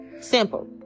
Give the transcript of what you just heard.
simple